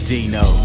Dino